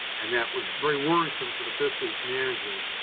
and that was very worrisome for the fisheries managers.